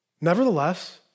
Nevertheless